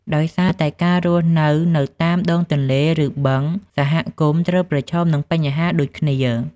ដោយសារតែការរស់នៅនៅតាមដងទន្លេ ឬបឹង សហគមន៍ត្រូវប្រឈមនឹងបញ្ហាដូចគ្នា។